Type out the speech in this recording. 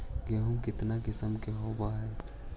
गेहूमा के कितना किसम होबै है?